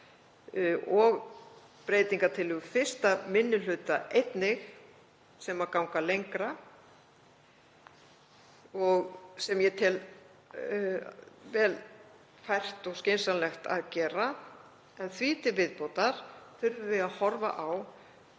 og breytingartillögur 1. minni hluta einnig sem ganga lengra og sem ég tel vel fært og skynsamlegt að gera. Því til viðbótar þurfi að horfa á